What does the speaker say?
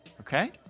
Okay